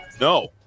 No